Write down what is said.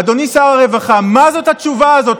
אדוני שר הרווחה, מה זאת התשובה הזאת?